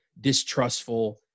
distrustful